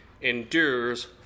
endures